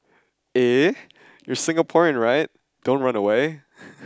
eh you're Singaporean right don't run away